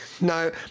No